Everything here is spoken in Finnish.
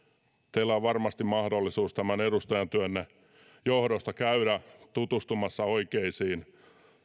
teillä on varmasti mahdollisuus tämän edustajantyönne johdosta käydä tutustumassa oikeisiin